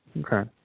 Okay